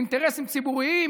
לאינטרסים ציבוריים,